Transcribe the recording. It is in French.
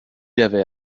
avait